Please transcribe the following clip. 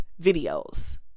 videos